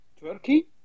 Turkey